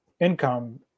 income